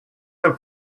have